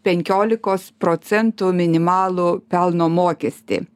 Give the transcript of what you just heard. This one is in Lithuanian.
penkiolikos procentų minimalų pelno mokestį